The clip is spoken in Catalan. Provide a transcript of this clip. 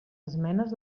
esmenes